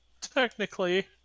Technically